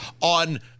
on